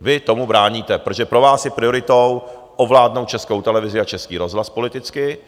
Vy tomu bráníte, protože pro vás je prioritou ovládnout Českou televizi a Český rozhlas politicky,